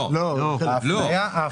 הוא ענה לך.